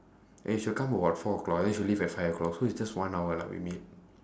and she will come about four o'clock and then she'll leave at five o'clock so it's just one hour lah we meet